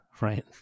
right